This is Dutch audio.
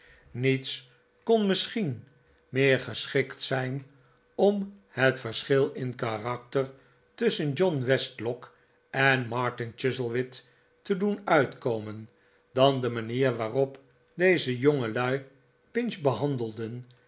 niets kon misschien meer geschikt zijn om het verschil in karakter tusschen john westlock en martin chuzzlewit te doen uitkomen dan de manier waarop deze jongelui pinch behandelden